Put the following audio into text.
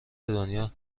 دنیا